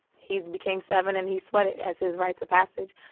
he became seven, and he sweated as his rites of passage.